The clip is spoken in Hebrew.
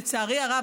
לצערי הרב,